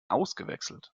ausgewechselt